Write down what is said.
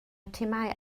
timau